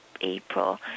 April